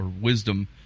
wisdom